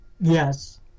Yes